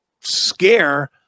scare